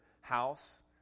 house